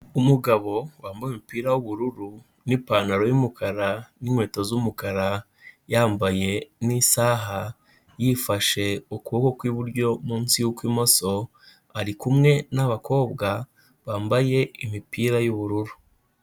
Umugabo wambaye umupira w'ubururu n'ipantaro y'umukara n'inkweto z'umukara, yambaye n'isaha, yifashe ukuboko kw'iburyo munsi y'ukw'imoso, ari kumwe n'abakobwa bambaye imipira y'ubururu.